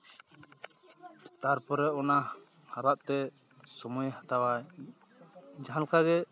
ᱛᱟᱨᱯᱚᱨᱮ ᱚᱱᱟ ᱦᱟᱨᱟᱜ ᱛᱮ ᱥᱚᱢᱚᱭᱮ ᱦᱟᱛᱟᱣᱟ ᱡᱟᱦᱟᱸ ᱞᱮᱠᱟ ᱜᱮ